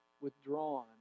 withdrawn